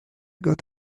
got